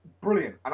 brilliant